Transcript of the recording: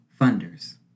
Funders